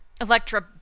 Electra